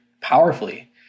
powerfully